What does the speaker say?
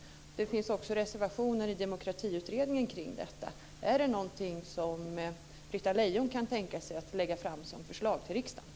Det finns också reservationer i Demokratiutredningen kring detta. Är det någonting som Britta Lejon kan tänka sig att lägga fram som förslag i riksdagen?